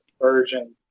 version